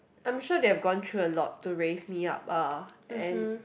I'm sure they have gone through a lot to raise me up ah and